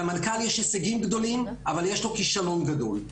למנכ"ל יש הישגים גדולים, אבל יש לו כישלון גדול.